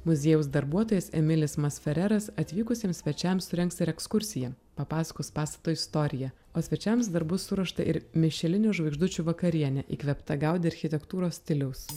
muziejaus darbuotojas emilis masfereras atvykusiems svečiams surengs ir ekskursiją papasakos pastato istoriją o svečiams dar bus suruošta ir mišelinio žvaigždučių vakarienė įkvėpta gaudi architektūros stiliaus